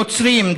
נוצרים,